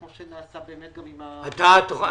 כמו שנעשה במענק עידוד תעסוקה.